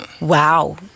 wow